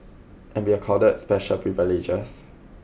and be accorded special privileges